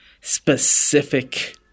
specific